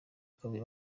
kabiri